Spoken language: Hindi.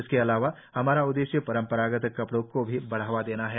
इसके अलावा हमारा उददेश्य परंपरागत कपड़ो को भी बढ़ावा देना है